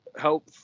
help